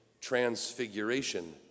transfiguration